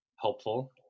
helpful